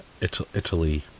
Italy